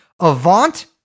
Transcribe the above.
Avant